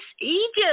Egypt